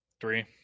Three